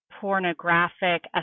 Pornographic